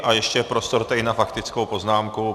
A ještě je prostor tady na faktickou poznámku.